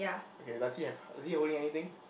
okay does he have is he holding anything